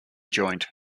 joint